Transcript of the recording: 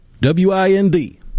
W-I-N-D